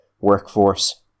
workforce